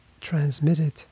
transmitted